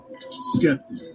skeptic